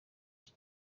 iki